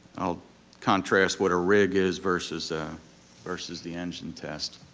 i'll contrast what a rig is versus ah versus the engine test.